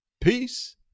Peace